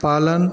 पालन